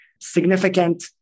significant